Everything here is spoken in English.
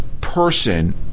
person